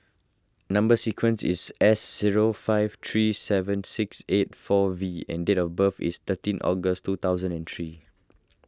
Number Sequence is S zero five three seven six eight four V and date of birth is thirteen August two thousand and three